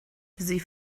sie